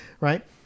right